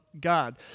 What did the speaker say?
God